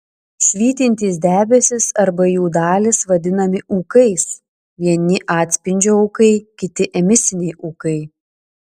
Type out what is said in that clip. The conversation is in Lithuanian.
švytintys debesys arba jų dalys vadinami ūkais vieni atspindžio ūkai kiti emisiniai ūkai